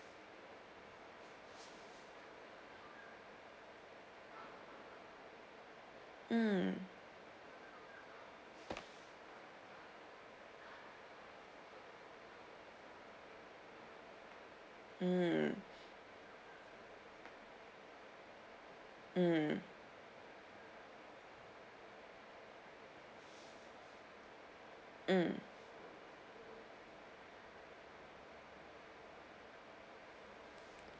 mm mm mm mm